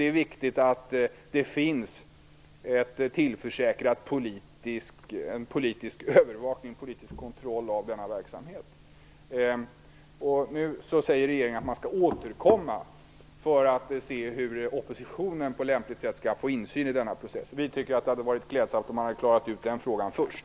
Det är viktigt att det finns en tillförsäkrad politisk kontroll av denna verksamhet. Nu säger regeringen att man skall återkomma för att se hur oppositionen på lämpligt sätt skall få insyn i denna process. Vi tycker att det hade varit klädsamt om man hade klarat ut den frågan först.